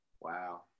Wow